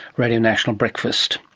radio national breakfast.